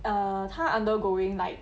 uh 他 undergoing like